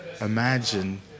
imagine